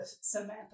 Samantha